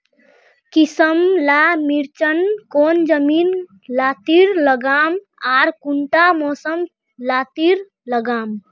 किसम ला मिर्चन कौन जमीन लात्तिर लगाम आर कुंटा मौसम लात्तिर लगाम?